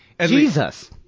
Jesus